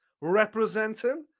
representing